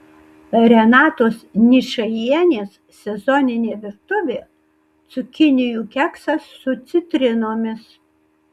renatos ničajienės sezoninė virtuvė cukinijų keksas su citrinomis